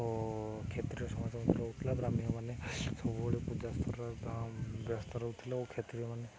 ଓ କ୍ଷତ୍ରିୟ ସମାଜ ରହୁଥିଲା ବ୍ରାହ୍ମଣମାନେ ସବୁବେଳେ ପୂଜା ବ୍ୟସ୍ତ ରହୁଥିଲେ ଓ କ୍ଷତ୍ରିୟମାନେ